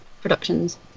productions